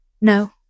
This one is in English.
No